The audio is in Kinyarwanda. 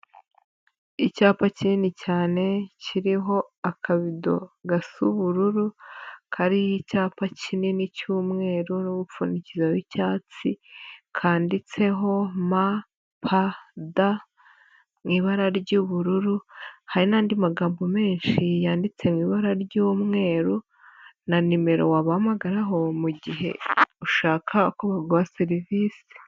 Icyapa kinini cyane kiriho akabido gasa ubururu kariho icyapa kinini cy'umweru n'umupfundikizo w'icyatsi kandiditseho M P D mu ibara ry'ubururu, hari n'andi magambo menshi yanditse mu ibara ry'umweru na nimero wabahamagaraho mugihe ushaka ko baguha serivise.